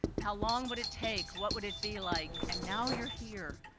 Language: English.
how long would it take? what would it be like? and now you're here.